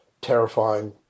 terrifying